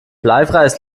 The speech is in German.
bleifreies